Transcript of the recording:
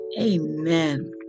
Amen